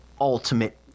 ultimate